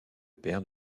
père